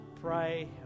pray